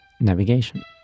navigation